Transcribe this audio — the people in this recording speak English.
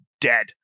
dead